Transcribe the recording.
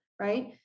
right